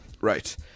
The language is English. Right